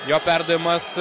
jo perdavimas